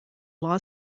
law